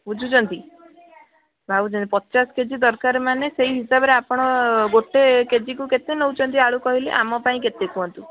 ବୁଝୁଛନ୍ତି ଭାବୁଛନ୍ତି ପଚାଶ କେଜି ଦରକାରେ ମାନେ ସେଇ ହିସାବରେ ଆପଣ ଗୋଟେ କେଜିକୁ କେତେ ନେଉଛନ୍ତି ଆଳୁ କହିଲେ ଆମ ପାଇଁ କେତେ କୁହନ୍ତୁ